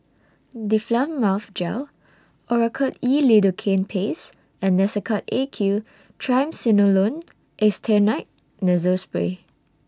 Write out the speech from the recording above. Difflam Mouth Gel Oracort E Lidocaine Paste and Nasacort A Q Triamcinolone Acetonide Nasal Spray